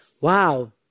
wow